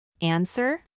Answer